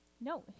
No